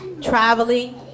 traveling